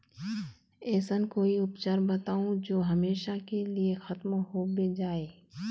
ऐसन कोई उपचार बताऊं जो हमेशा के लिए खत्म होबे जाए?